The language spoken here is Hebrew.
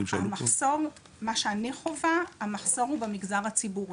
ממה שאני חווה המחסור הוא במגזר הציבורי.